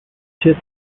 hits